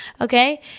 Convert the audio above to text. okay